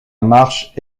marche